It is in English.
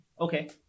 Okay